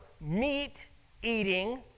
meat-eating